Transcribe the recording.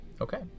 Okay